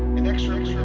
inexorably